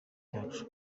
cyacu